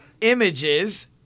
images